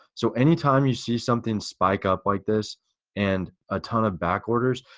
so any time you see something spike up like this and a ton of back orders,